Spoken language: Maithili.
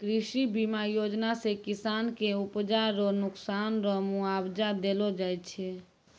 कृषि बीमा योजना से किसान के उपजा रो नुकसान रो मुआबजा देलो जाय छै